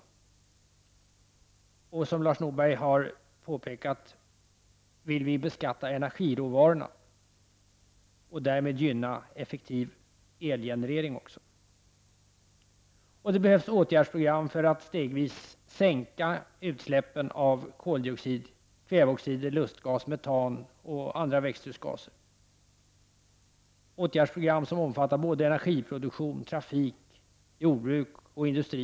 Dessutom vill vi, som Lars Norberg har påpekat, beskatta energiråvarorna och därmed gynna en effektiv elgenerering. Vidare behövs det åtgärdsprogram för att stegvis minska utsläppen av koldioxid, kväveoxider, lustgas, metan och andra växthusgaser -- åtgärdsprogram som omfattar energiproduktionen, trafiken, jordbruket och industrin.